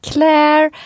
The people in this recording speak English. Claire